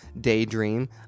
Daydream